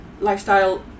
lifestyle